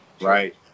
Right